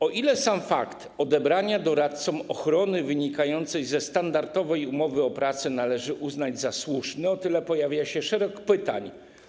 O ile sam fakt odebrania doradcom ochrony wynikającej ze standardowej umowy o pracę należy uznać za słuszny, o tyle pojawia szereg pytań.